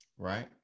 right